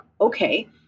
okay